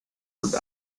would